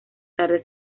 tarde